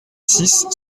six